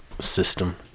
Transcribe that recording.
System